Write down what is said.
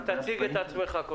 רק תציג את עצמך.